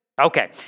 Okay